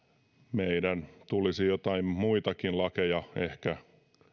meidän tulisi joitain muitakin lakeja ehkä